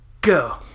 go